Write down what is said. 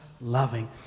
loving